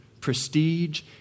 prestige